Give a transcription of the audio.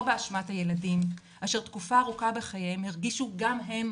באשמת הילדים אשר תקופה בחייהם הרגישו גם הם,